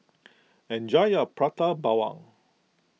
enjoy your Prata Bawang